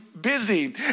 busy